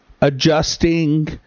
adjusting